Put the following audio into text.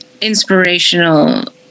inspirational